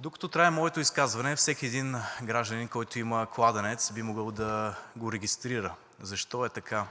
Докато трае моето изказване, всеки един гражданин, който има кладенец, би могъл да го регистрира. Защо е така?